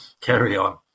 carry-on